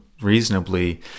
reasonably